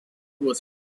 was